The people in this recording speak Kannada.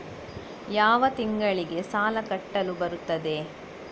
ಯಾವ ತಿಂಗಳಿಗೆ ಸಾಲ ಕಟ್ಟಲು ಬರುತ್ತದೆ?